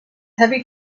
heavy